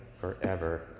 forever